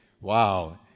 wow